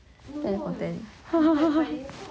ten upon ten